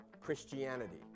Christianity